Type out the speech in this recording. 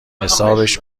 حسابش